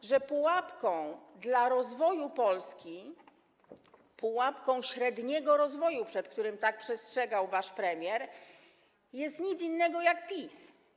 Otóż to, że pułapką dla rozwoju Polski, pułapką średniego rozwoju, przed którym tak przestrzegał wasz premier, jest nic innego jak PiS.